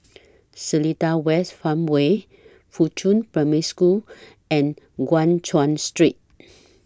Seletar West Farmway Fuchun Primary School and Guan Chuan Street